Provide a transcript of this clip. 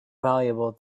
valuable